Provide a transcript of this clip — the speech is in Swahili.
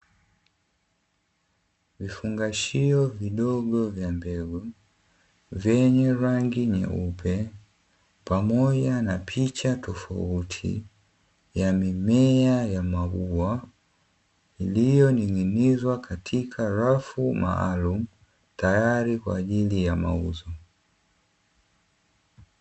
Vifungashio vidogo vya mbegu vyenye rangi nyeupe, pamoja na picha tofauti ya mimea ya maua iliyoning'izwa katika rafu maalumu tayari kwa ajili ya mauzo.